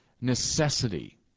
necessity